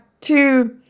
two